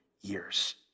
years